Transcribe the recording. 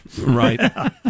Right